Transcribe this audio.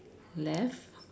left